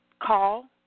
call